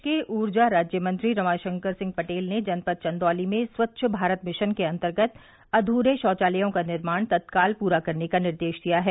प्रदेश के ऊर्जा राज्यमंत्री रमाशंकर सिंह पटेल ने जनपद चंदौली में स्वच्छ भारत मिशन के अंतर्गत अध्रे शौचालयों का निर्माण तत्काल पूरा करने का निर्देश दिया है